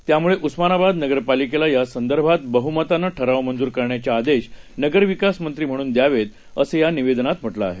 त्यामुळे उस्मानाबाद नगरपालिकेला यासंदर्भात बहुमतानं ठराव मंजूर करण्याचे आदेश नगर विकास मंत्री म्हणून द्यावेत असं या निवेदनात म्हटलं आहे